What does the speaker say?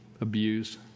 abuse